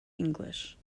english